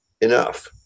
enough